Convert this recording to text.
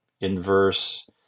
inverse